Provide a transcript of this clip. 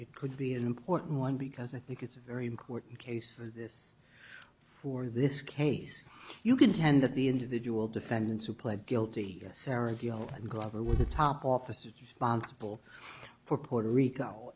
could be an important one because i think it's a very important case for this for this case you contend that the individual defendants who pled guilty sara glover with a top officer sponsible for puerto rico